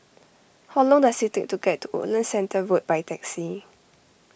how long does it take to get to Woodlands Centre Road by taxi